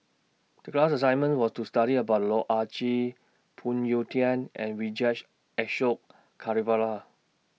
The class assignment was to study about Loh Ah Chee Phoon Yew Tien and Vijesh Ashok Ghariwala